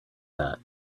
that